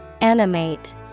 Animate